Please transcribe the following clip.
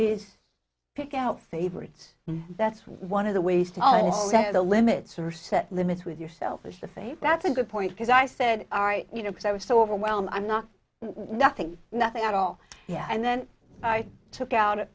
is pick out favorites and that's one of the ways to the limits are set limits with your selfish the faith that's a good point because i said all right you know because i was so overwhelmed i'm not nothing nothing at all yeah and then i took out